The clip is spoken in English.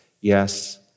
Yes